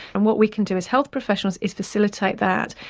and what we can do as health professionals is facilitate that.